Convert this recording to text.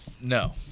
No